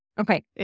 Okay